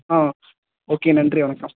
ஆ okay நன்றி வணக்கம்